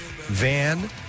Van